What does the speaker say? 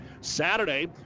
Saturday